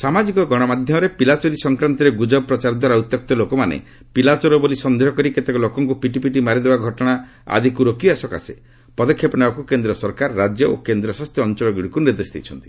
ସାମାଜିକ ଗଣମାଧ୍ୟମରେ ପିଲାଚୋରି ସଂକ୍ରାନ୍ତରେ ଗ୍ରଜବ ପ୍ରଚାର ଦ୍ୱାରା ଉତ୍ୟକ୍ତ ଲୋକମାନେ ପିଲାଚୋର ବୋଲି ସନ୍ଦେହ କରି କେତେକ ଲୋକଙ୍କ ପିଟି ପିଟି ମାରି ଦେବା ଘଟଣା ଆଦିକୁ ରୋକିବା ସକାଶେ ପଦକ୍ଷେପ ନେବାକୁ କେନ୍ଦ୍ର ସରକାର ରାଜ୍ୟ ଓ କେନ୍ଦ୍ର ଶାସିତ ଅଞ୍ଚଳଗୁଡ଼ିକୁ ନିର୍ଦ୍ଦେଶ ଦେଇଛନ୍ତି